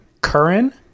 Curran